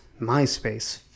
MySpace